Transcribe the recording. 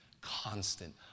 constant